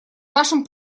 вашим